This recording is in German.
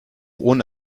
ohne